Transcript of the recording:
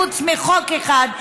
חוץ מחוק אחד,